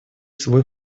свой